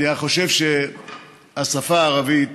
כי אני חושב שהשפה הערבית